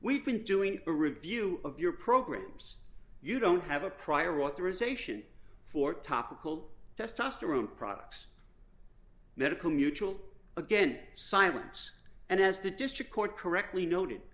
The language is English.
we've been doing a review of your programs you don't have a prior authorization for topical testosterone products medical mutual again silence and as the district court correctly noted